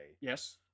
Yes